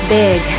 big